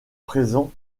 présents